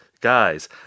Guys